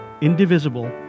indivisible